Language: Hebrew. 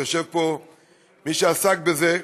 יושב פה מי שעסק בזה,